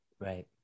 right